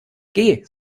geh